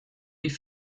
die